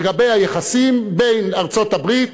לגבי היחסים בין ארצות-הברית